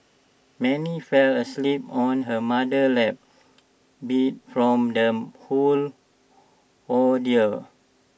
Mary fell asleep on her mother's lap beat from the whole ordeal